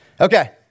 Okay